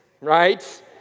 Right